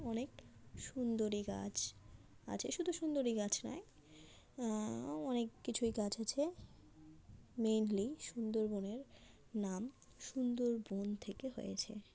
অনেক সুন্দরী গাছ আছে শুধু সুন্দরী গাছ নয় অনেক কিছুই গাছ আছে মেনলি সুন্দরবনের নাম সুন্দরবন থেকে হয়েছে